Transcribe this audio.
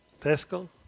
Tesco